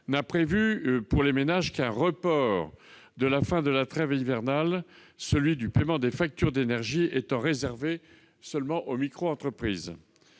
n'a prévu pour les ménages qu'un report de la fin de la trêve hivernale ; celui du paiement des factures d'énergie était réservé aux microentreprises.